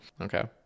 okay